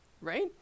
right